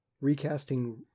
recasting